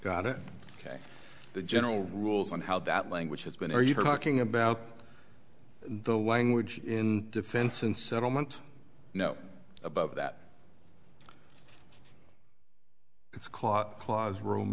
got it ok the general rules on how that language has been are you talking about the language in defense and settlement no above that it's caught clause ro